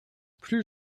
plus